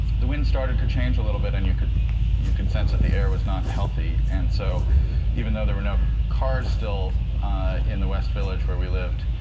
wind started to change a little bit, and you could you could sense that the air was not healthy. and so even though there were no cars still in the west village where we lived,